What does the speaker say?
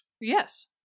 Yes